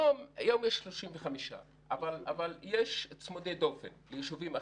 היום יש 35. אבל יש צמודי דופן ליישובים אחרים.